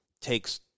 takes